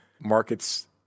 markets